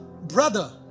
brother